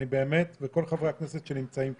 וכל חברי הכנסת שנמצאים כאן,